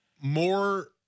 more